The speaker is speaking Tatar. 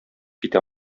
китә